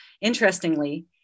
Interestingly